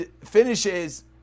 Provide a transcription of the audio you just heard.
finishes